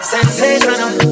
Sensational